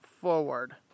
forward